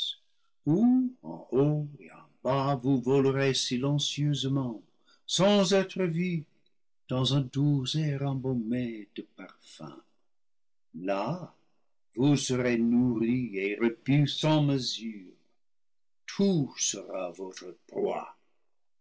silencieusement sans être vus dans un doux air embaumé de parfums là vous serez nourris et repus sans mesure tout sera votre proie